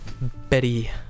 Betty